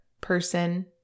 person